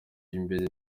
imbere